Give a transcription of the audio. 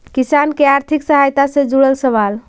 किसान के आर्थिक सहायता से जुड़ल सवाल?